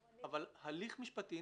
אבל אני